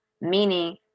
Meaning